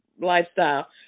lifestyle